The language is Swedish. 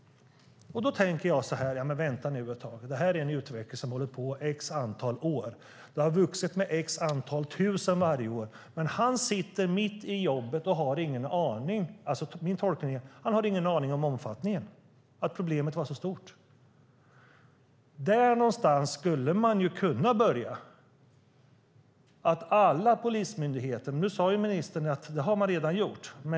Då tänker jag så här: Vänta nu ett tag! Detta är en utveckling som har hållit på ett visst antal år och har vuxit med ett antal tusen varje år. Men han sitter mitt i jobbet och har ingen aning! Min tolkning är alltså att han inte har någon aning om omfattningen, att problemet var så stort. Där någonstans skulle man kunna börja, för alla polismyndigheter. Ministern sade att man redan har gjort det.